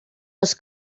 les